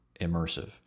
immersive